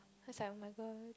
it's like oh-my-god